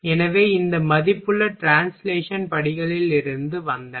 எனவே இந்த மதிப்புகள் ட்ரான்ஸ்லேஷன் படிகளிலிருந்து வந்தன